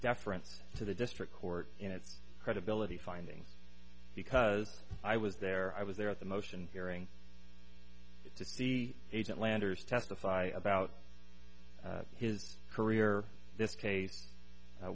deference to the district court in its credibility finding because i was there i was there at the motion hearing to see agent landers testify about his career this case